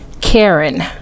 Karen